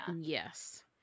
yes